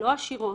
לא עשירות.